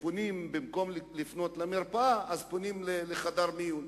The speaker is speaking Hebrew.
שבמקום לפנות למרפאה פונים לחדר מיון.